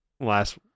Last